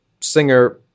Singer